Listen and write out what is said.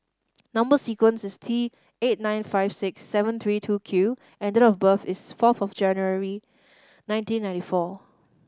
number sequence is T eight nine five six seven three two Q and date of birth is fourth of January nineteen ninety four